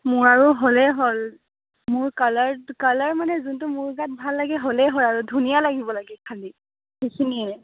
মোৰ আৰু হ'লেই হ'ল মোৰ কালাৰড কালাৰ মানে যোনটো মোৰ গাত ভাল লাগে হ'লেই হয় আৰু ধুনীয়া লাগিব লাগে খালি এইখিনিয়েই